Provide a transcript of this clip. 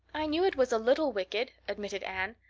i knew it was a little wicked, admitted anne.